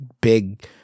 big